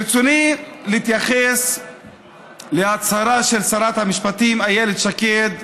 ברצוני להתייחס להצהרה של שרת המשפטים איילת שקד,